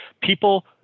People